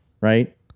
Right